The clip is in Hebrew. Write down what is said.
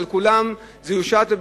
שעל כולם זה יושת,